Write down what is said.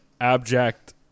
abject